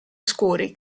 scuri